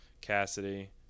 Cassidy